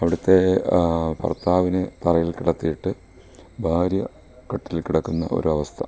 അവിടുത്തെ ഭർത്താവിനെ തറയിൽ കിടത്തിയിട്ട് ഭാര്യ കട്ടിലിൽ കിടക്കുന്ന ഒരു അവസ്ഥ